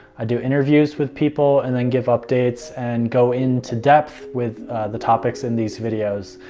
i do interviews with people and then give updates and go into depth with the topics in these videos.